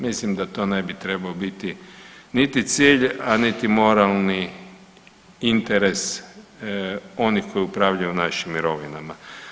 Mislim da to ne bi trebao biti niti cilj, a niti moralni interes onih koji upravljaju našim mirovinama.